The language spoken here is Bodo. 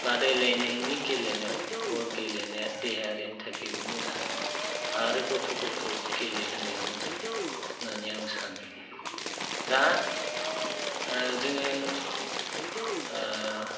बादायलायनायनि गेलेनायाव बल गेलेनाया देहानि थाखैबो मोजां आरो गथ'फोरखौ गेलेहोनाया मोजां होननानै आं सानो दा जोङो